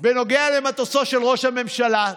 בנוגע למטוסו של ראש הממשלה: